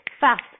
fast